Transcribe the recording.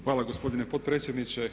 Hvala gospodine potpredsjedniče.